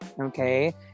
Okay